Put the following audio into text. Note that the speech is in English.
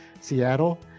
Seattle